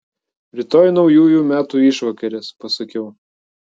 rytoj naujųjų metų išvakarės pasakiau